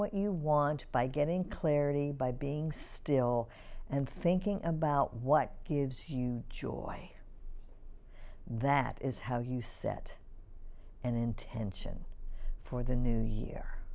what you want by getting clarity by being still and thinking about what gives you joy that is how you set an intention for the new year